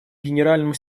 генеральному